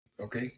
Okay